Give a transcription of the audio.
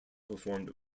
performed